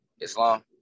Islam